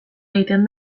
egiten